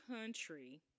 country